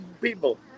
people